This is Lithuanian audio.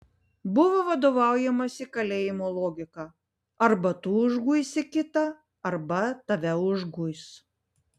buvo vadovaujamasi kalėjimo logika arba tu užguisi kitą arba tave užguis